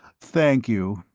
thank you,